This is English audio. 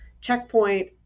checkpoint